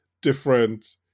different